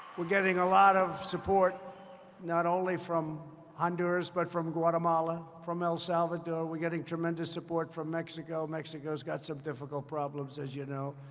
we're getting a lot of support not only from honduras but from guatemala, from el salvador. we're getting tremendous support from mexico. mexico has got some difficult problems, as you know,